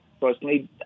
personally